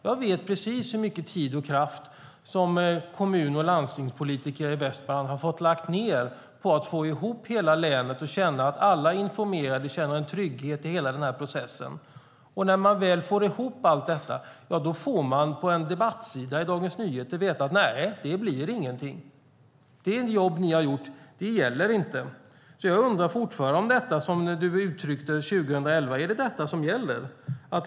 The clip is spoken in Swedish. Jag vet precis hur mycket tid och kraft som kommun och landstingspolitiker i Västmanland har fått lägga ned på att samla länet och känna att alla informerade känner en trygghet i hela processen. Och när man väl får ihop allt detta får man på en debattsida i Dagens Nyheter veta: Nej, det blir ingenting. Det jobb ni har gjort gäller inte. Jag undrar fortfarande om det du uttryckte 2011 är det som gäller.